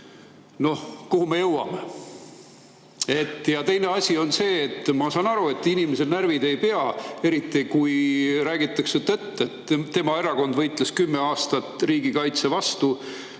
no kuhu me jõuame. Ja teine asi on see, et ma saan aru, et inimese närvid ei pea [vastu], eriti kui räägitakse tõtt, et tema erakond võitles kümme aastat riigikaitse vastu,